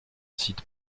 site